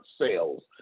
sales